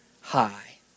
hi